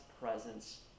presence